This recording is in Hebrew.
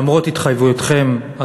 למרות התחייבויותיכם,